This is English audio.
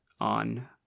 on